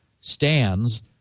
stands